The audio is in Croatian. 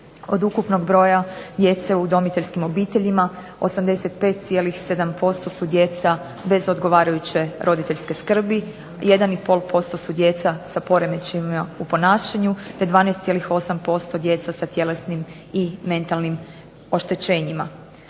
Od ukupnog broja djece u udomiteljskim obiteljima 85,7% su djeca bez odgovarajuće roditeljske skrbi, 1 i pol posto su djeca sa poremećajima u ponašanju, te 12,8% djece sa tjelesnim i mentalnim oštećenjima.